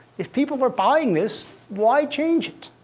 if people are buying this, why change it?